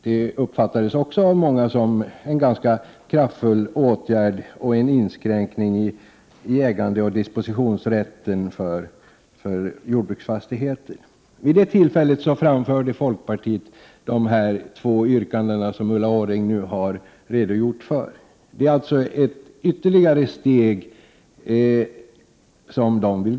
Detta uppfattades också som en ganska kraftfull åtgärd och en inskränkning i ägandeoch dispositionsrätten för jordbruksfastigheter. Vid detta tillfälle framförde folkpartiet de två yrkanden som Ulla Orring har redogjort för. Folkpartiet vill alltså gå ytterligare ett steg.